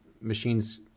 machines